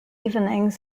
evenings